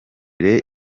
cross